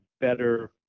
better